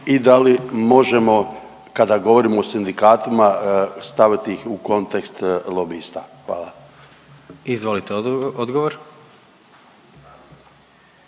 i da li možemo, kada govorimo o sindikatima, staviti ih u kontekst lobista? Hvala. **Jandroković,